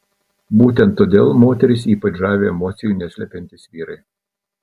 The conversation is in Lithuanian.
būtent todėl moteris ypač žavi emocijų neslepiantys vyrai